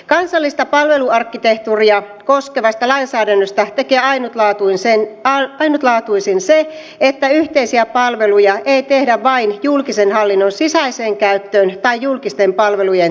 kansallista palveluarkkitehtuuria koskevasta lainsäädännöstä tekee ainutlaatuisen se että yhteisiä palveluja ei tehdä vain julkisen hallinnon sisäiseen käyttöön tai julkisten palvelujen tarjoamiseen